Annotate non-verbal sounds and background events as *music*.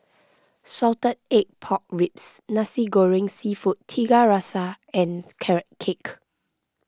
Salted Egg Pork Ribs Nasi Goreng Seafood Tiga Rasa and *unintelligible* Carrot Cake